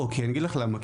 לא, אגיד לך למה.